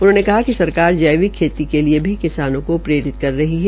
उन्होंने कहा कि सरकार जैविक खेती के लिए भी किसानों को प्रेरित कर रही है